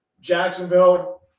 Jacksonville